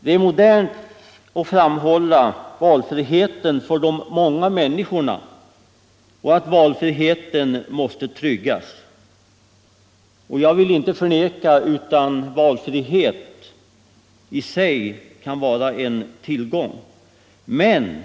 Det är modernt att framhålla valfriheten för de många människorna och att valfriheten måste tryggas. Jag vill inte förneka att valfrihet i sig kan vara en tillgång, men